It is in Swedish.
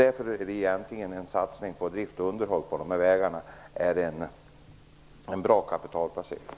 Därför är en satsning på drift och underhåll av de här vägarna en bra kapitalplacering.